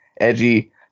edgy